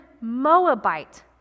Moabite